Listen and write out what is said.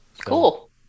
Cool